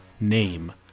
Name